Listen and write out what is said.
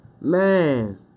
man